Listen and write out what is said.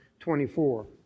24